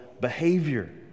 behavior